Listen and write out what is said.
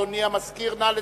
אדוני המזכיר, נא לצלצל.